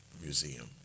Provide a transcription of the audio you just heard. museum